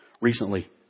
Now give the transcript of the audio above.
recently